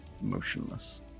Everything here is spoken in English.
Motionless